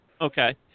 Okay